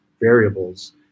variables